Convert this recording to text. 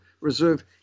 reserve